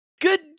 good